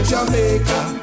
Jamaica